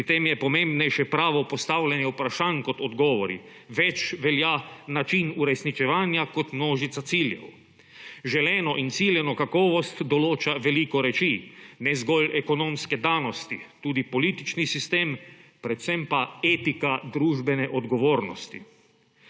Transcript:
Pri tem je pravo postavljanje vprašanj pomembnejše kot odgovori, več velja način uresničevanja kot množica ciljev. Želeno in ciljano kakovost določa veliko reči, ne zgolj ekonomske danosti, tudi politični sistem, predvsem pa etika družbene odgovornosti.